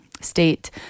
state